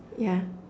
yeah